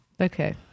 Okay